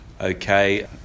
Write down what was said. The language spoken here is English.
okay